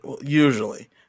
Usually